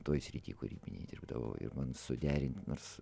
toj srity kūrybinėj dirbdavo ir man suderint nors